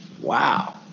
wow